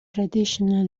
traditional